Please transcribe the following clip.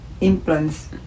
implants